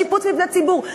לשיפוץ מבני ציבור,